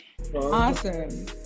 Awesome